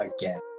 again